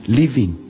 living